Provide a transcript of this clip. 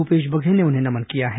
भूपेश बघेल ने उन्हें नमन किया है